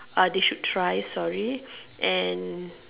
they should try sorry and